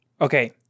okay